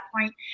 point